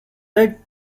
red